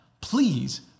please